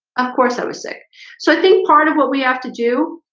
of course, i would say so i think part of what we have to do